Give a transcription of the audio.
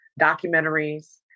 documentaries